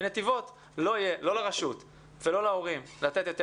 בנתיבות לא יהיה לא לרשות ולא להורים לתת יותר